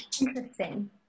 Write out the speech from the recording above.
Interesting